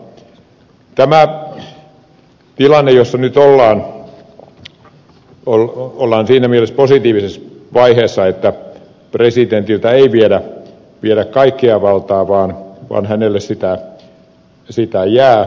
tämä tilanne jossa nyt ollaan on siinä mielessä positiivisessa vaiheessa että presidentiltä ei viedä kaikkea valtaa vaan hänelle sitä jää